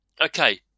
Okay